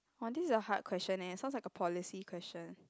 !wah! this is a hard question leh sounds like a policy question